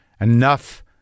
Enough